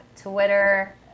Twitter